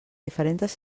diferents